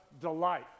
delight